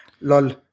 Lol